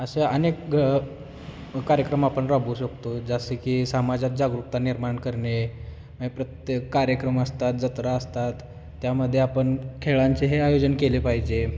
अशा अनेक ग कार्यक्रम आपण राबवू शकतो जसे की समाजात जागरूकता निर्माण करणे प्रत्येक कार्यक्रम असतात जत्रा असतात त्यामध्ये आपण खेळांचे हे आयोजन केले पाहिजे